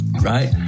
Right